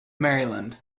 maryland